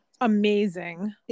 amazing